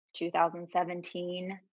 2017